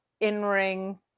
in-ring